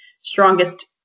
strongest